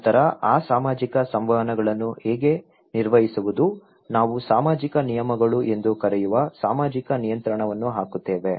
ನಂತರ ಆ ಸಾಮಾಜಿಕ ಸಂವಹನಗಳನ್ನು ಹೇಗೆ ನಿರ್ವಹಿಸುವುದು ನಾವು ಸಾಮಾಜಿಕ ನಿಯಮಗಳು ಎಂದು ಕರೆಯುವ ಸಾಮಾಜಿಕ ನಿಯಂತ್ರಣವನ್ನು ಹಾಕುತ್ತೇವೆ